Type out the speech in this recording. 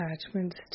attachments